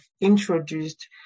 introduced